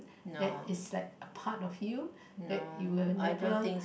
that is like a part of you that you'll never